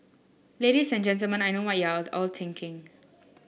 ladies and Gentlemen I know what you're all thinking